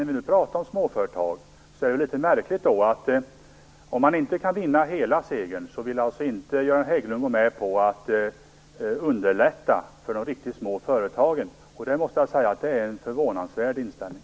När vi nu talar om småföretag är det litet märkligt att om Göran Hägglund inte kan vinna hela segern så vill han inte gå med på att underlätta för de riktigt små företagen. Det är en förvånansvärd inställning.